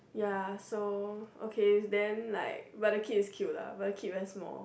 ya so okay then like but the kid is cute lah but the kid very small